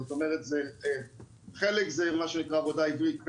זאת אומרת שחלק זה מה שנקרא "עבודה עברית".